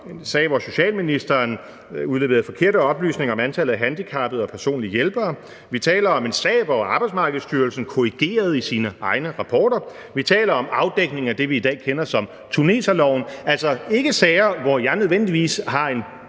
en sag, hvor socialministeren udleverede forkerte oplysninger om antallet af handicappede og personlige hjælpere. Vi taler om en sag, hvor Arbejdsmarkedsstyrelsen korrigerede i sine egne rapporter. Vi taler om afdækning af det, vi i dag kender som tuneserloven. Det er altså ikke sager, hvor jeg nødvendigvis har en